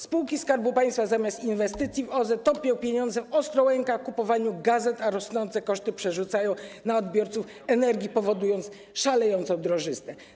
Spółki Skarbu Państwa, zamiast inwestować w OZE, topią pieniądze w Ostrołękach, w kupowaniu gazet, a rosnące koszty przerzucają na odbiorców energii, powodując szalejącą drożyznę.